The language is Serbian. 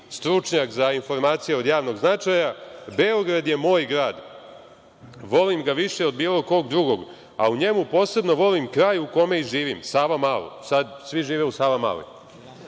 stručnjak za informacije od javnog značaja – Beograd je moj grad, volim ga više od bilo kog drugog, a u njemu posebno volim kraj u kome i živim, Savamalu. Sada svi žive u Savamali.